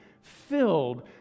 filled